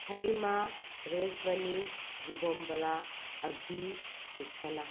ꯁꯥꯂꯤꯃꯥ ꯔꯦꯁꯃꯅꯤ ꯖꯤꯕꯣꯝꯕꯥꯂꯥ ꯑꯕꯤ ꯔꯨꯛꯁꯥꯅꯥ